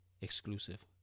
exclusive